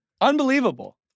Unbelievable